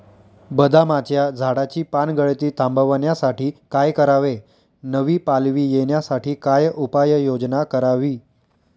बदामाच्या झाडाची पानगळती थांबवण्यासाठी काय करावे? नवी पालवी येण्यासाठी काय उपाययोजना करावी?